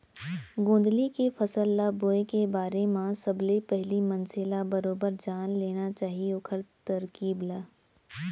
गोंदली के फसल ल बोए के बारे म सबले पहिली मनसे ल बरोबर जान लेना चाही ओखर तरकीब ल